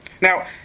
Now